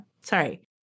sorry